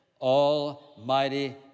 Almighty